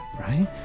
Right